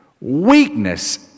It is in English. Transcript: weakness